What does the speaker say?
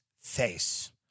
face